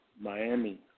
Miami